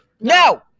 No